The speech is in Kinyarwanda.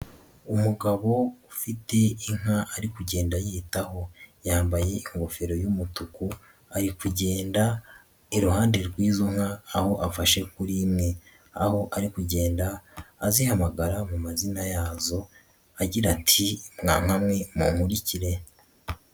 Umugabo ufite inka ari kugenda yitaho. Yambaye ingofero y'umutuku ari kugenda iruhande rw'izo nka aho afashe kuri imwe. Aho ari kugenda azihamagara mu mazina yazo agira ati "mwa nka mwe munkurikire".